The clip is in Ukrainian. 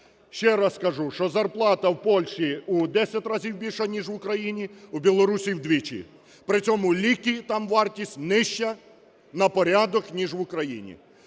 Ще раз кажу, що зарплата у Польщі в 10 разів більша, ніж в Україні, у Білорусі – вдвічі, при цьому ліки, там вартість нижча на порядок, ніж в Україні.